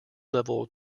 level